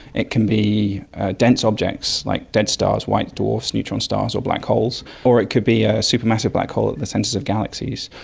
it can be dense objects like dead stars, white dwarfs, neutron stars or black holes, or it could be a supermassive black hole at the centres of galaxies.